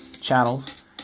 channels